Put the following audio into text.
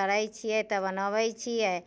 तरै छियै तब बनबै छियै